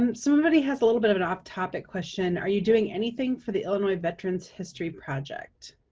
um somebody has a little bit of an off topic question, are you doing anything for the elderly veterans history project?